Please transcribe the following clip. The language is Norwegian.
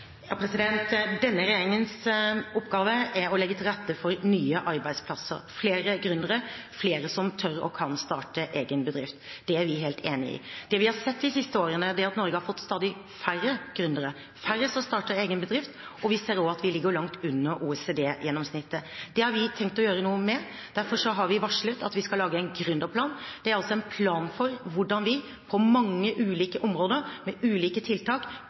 Denne regjeringens oppgave er å legge til rette for nye arbeidsplasser – flere gründere, flere som tør og kan starte egen bedrift. Det er vi helt enig i. Det vi har sett de siste årene, er at Norge har fått stadig færre gründere, færre som starter egen bedrift, og vi ser også at vi ligger langt under OECD-gjennomsnittet. Det har vi tenkt å gjøre noe med. Derfor har vi varslet at vi skal lage en gründerplan. Det er altså en plan for hvordan vi på mange ulike områder med ulike tiltak